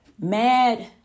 mad